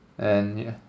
and yeah